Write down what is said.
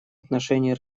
отношении